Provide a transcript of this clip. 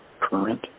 current